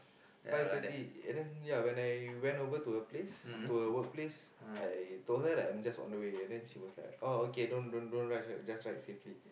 five thirty and then ya when I went over to her place to her work place I told her that I'm just on the way and she was like oh okay don't don't rush just ride safety